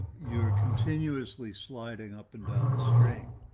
you're continuously sliding up and down a string.